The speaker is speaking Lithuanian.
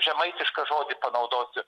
žemaitišką žodį panaudosiu